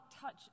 touch